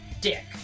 dick